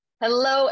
Hello